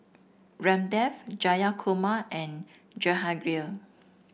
Ramdev Jayakumar and Jehangirr